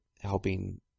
helping